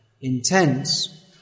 intense